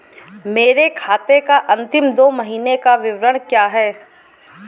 मेरे खाते का अंतिम दो महीने का विवरण क्या है?